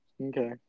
Okay